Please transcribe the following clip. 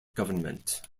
government